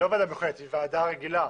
היא לא ועדה מיוחדת, היא ועדה רגילה.